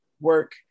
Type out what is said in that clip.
work